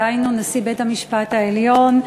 דהיינו נשיא בית-המשפט העליון,